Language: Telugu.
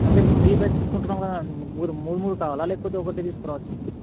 అంటే త్రీ బైక్స్ తీసుకుంటున్నాం కదా మూరు మూడు మూడు కావాలా లేకపోతే ఒకటే తీసుకుని రావచ్చా